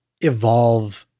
evolve